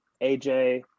AJ